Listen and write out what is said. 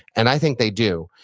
and i think they do.